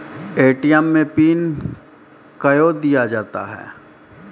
ATM मे PIN कयो दिया जाता हैं?